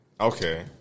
Okay